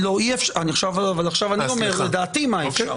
אבל עכשיו אני אומר לדעתי מה אפשר.